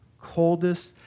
coldest